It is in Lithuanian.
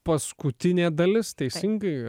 paskutinė dalis teisingai